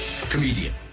comedian